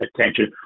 attention